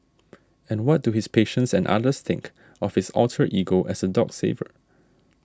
and what do his patients and others think of his alter ego as a dog saver